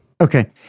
Okay